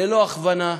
ללא הכוונה,